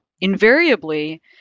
invariably